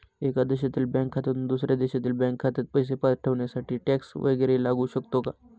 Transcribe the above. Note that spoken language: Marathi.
एका देशातील बँक खात्यातून दुसऱ्या देशातील बँक खात्यात पैसे पाठवण्यासाठी टॅक्स वैगरे लागू शकतो का?